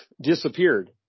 disappeared